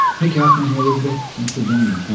hey, catherine. hey elizabeth. thanks for joining